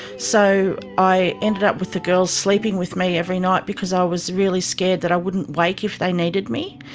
so i ended up with the girls sleeping with me every night because i was really scared that i wouldn't wake if they needed me,